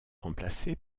remplacée